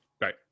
Right